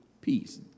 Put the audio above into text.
peace